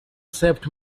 saved